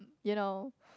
you know